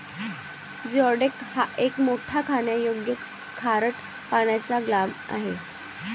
geoduck हा एक मोठा खाण्यायोग्य खारट पाण्याचा क्लॅम आहे